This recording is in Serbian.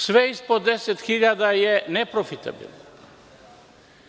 Sve ispod 10.000 je neprofitabilno.